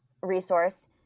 resource